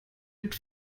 mit